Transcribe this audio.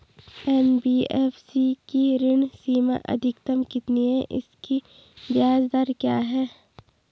NBFC की ऋण सीमा अधिकतम कितनी है इसकी ब्याज दर क्या है?